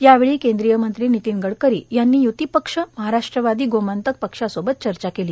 यावेळी केंद्रीय मंत्री नितीन गडकरी यांनी य्ती पक्ष महाराष्ट्रवादी गोमांत्क पक्षासोबत चर्चा केली